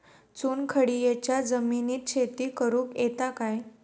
चुनखडीयेच्या जमिनीत शेती करुक येता काय?